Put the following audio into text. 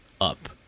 up